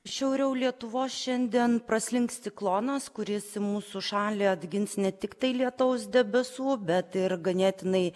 šiauriau lietuvos šiandien praslinks ciklonas kuris į mūsų šalį atgins ne tiktai lietaus debesų bet ir ganėtinai